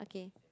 okay